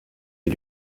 les